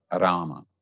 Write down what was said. Rama